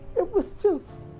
it was just